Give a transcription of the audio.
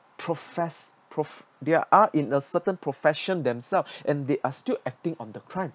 profess~ prof~ there are in a certain profession themselves and they are still acting on the crime